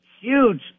huge